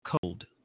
cold